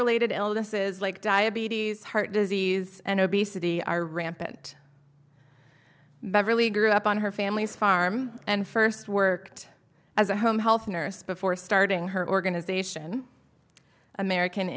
related illnesses like diabetes heart disease and obesity are rampant beverley grew up on her family's farm and first worked as a home health nurse before starting her organization american